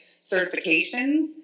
certifications